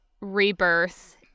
rebirth